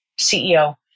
CEO